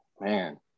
man